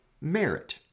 merit